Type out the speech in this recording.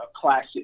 classic